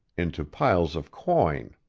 into piles of coin.